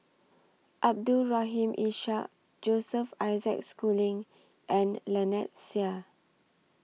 Abdul Rahim Ishak Joseph Isaac Schooling and Lynnette Seah